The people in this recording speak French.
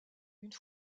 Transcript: une